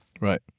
Right